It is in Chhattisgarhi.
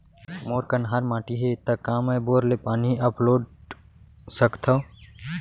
मोर कन्हार माटी हे, त का मैं बोर ले पानी अपलोड सकथव?